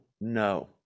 no